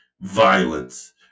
violence